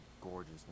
gorgeous